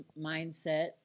mindset